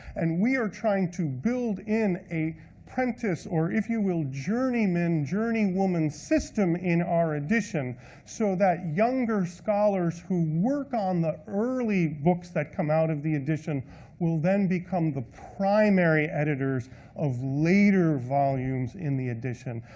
and we are trying to build in a prentice, or if you will, journeyman, journeywoman, system in our edition so that younger scholars who work on the early books that come out of the edition will then become the primary editors of later volumes in the edition.